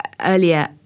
earlier